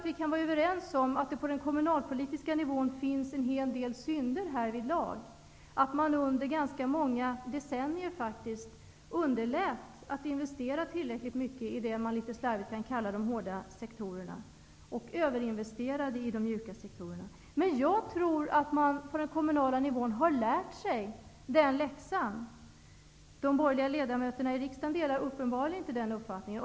Vi kan vara överens om att det på den kommunalpolitiska nivån finns en hel del synder härvidlag, att man under många decennier faktiskt underlät att investera tillräckligt i det man kan kalla de hårda sektorerna och överinvesterade i de mjuka sektorerna. Men jag tror att man på den kommunala nivån har lärt sig läxan. De borgerliga ledamöterna i riksdagen delar uppenbarligen inte denna uppfattning.